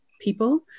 people